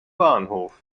bahnhof